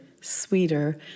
sweeter